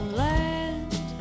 land